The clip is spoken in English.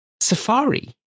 Safari